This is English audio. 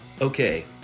okay